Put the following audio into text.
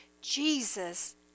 Jesus